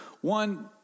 One